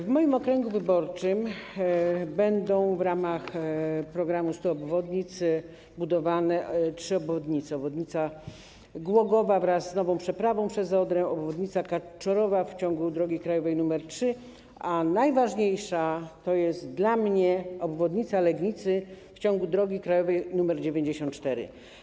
W moim okręgu wyborczym w ramach programu stu obwodnic będą budowane trzy obwodnice: obwodnica Głogowa wraz z nową przeprawą przez Odrę, obwodnica Kaczorowa w ciągu drogi krajowej nr 3, a najważniejsza jest dla mnie obwodnica Legnicy w ciągu drogi krajowej nr 94.